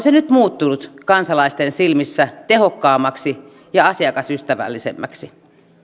se nyt muuttunut kansalaisten silmissä tehokkaammaksi ja asiakasystävällisemmäksi